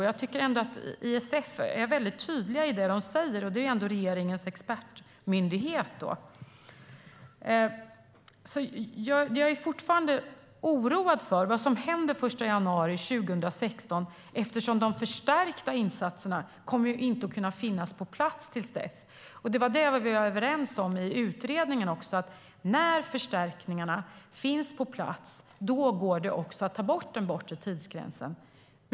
Jag tycker ändå att ISF är tydlig, och det är ändå regeringens expertmyndighet. Jag är oroad över vad som händer den 1 januari 2016 eftersom de förstärka insatserna inte kommer att finnas på plats till dess. Vi var överens i utredningen om att när förstärkningarna finns på plats går det att avskaffa den bortre tidsgränsen.